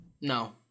no